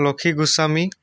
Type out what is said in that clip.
Lakshmi Goswami